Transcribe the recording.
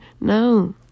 no